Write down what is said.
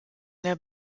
der